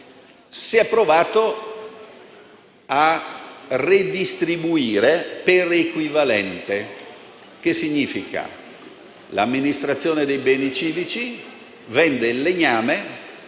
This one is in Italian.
Si è provato a redistribuire per equivalente, il che significa che l'amministrazione dei beni civici vende il legname,